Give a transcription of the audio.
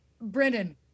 brendan